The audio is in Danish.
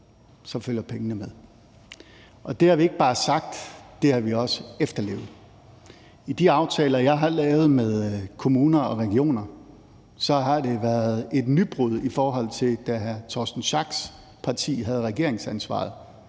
følger pengene med. Det har vi ikke bare sagt, men det har vi også efterlevet. I de aftaler, jeg har lavet med kommuner og regioner, har det været et nybrud, i forhold til da hr. Torsten Schack Pedersens parti havde regeringsansvaret,